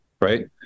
right